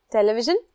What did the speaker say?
Television